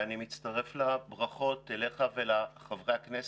ואני מצטרף לברכות לך ולחברי הכנסת,